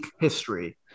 history